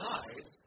eyes